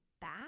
back